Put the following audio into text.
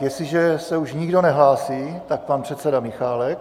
Jestliže se už nikdo nehlásí, tak pan předseda Michálek.